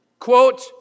Quote